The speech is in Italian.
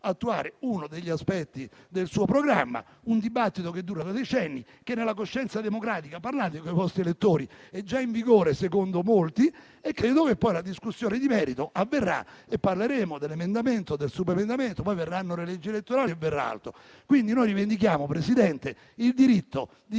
attuare uno degli aspetti del suo programma, un dibattito che dura da decenni e che nella coscienza democratica - parlate con i vostri elettori - è già in vigore, secondo molti. Credo che la discussione di merito avverrà e parleremo dell'emendamento, del subemendamento e quant'altro; poi verranno le leggi elettorali e verrà altro. Signor Presidente, noi rivendichiamo il diritto di